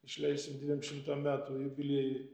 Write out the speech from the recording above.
išleisim dviem šimtam metų jubiliejui